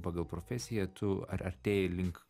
pagal profesiją tu ar artėji link